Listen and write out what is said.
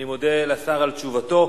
אני מודה לשר על תשובתו.